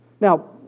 Now